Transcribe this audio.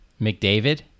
McDavid